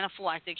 anaphylactic